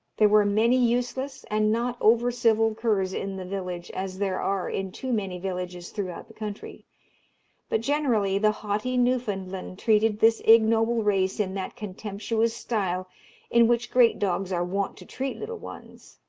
there were many useless and not over-civil curs in the village, as there are in too many villages throughout the country but generally the haughty newfoundland treated this ignoble race in that contemptuous style in which great dogs are wont to treat little ones.